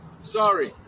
Sorry